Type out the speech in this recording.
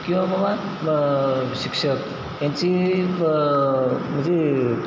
किंवा बाबा शिक्षक यांची ब म्हणजे